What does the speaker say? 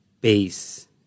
base